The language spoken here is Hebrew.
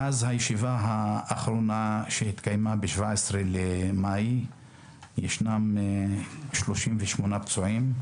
מאז הישיבה האחרונה שהתקיימה ב-17 במאי ישנם 36 פצועים,